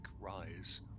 rise